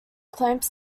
claims